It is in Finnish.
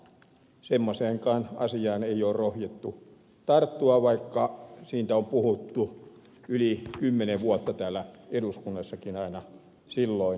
semmoiseenkaan asiaan ei ole rohjettu tarttua vaikka siitä on puhuttu yli kymmenen vuotta täällä eduskunnassakin aina silloin tällöin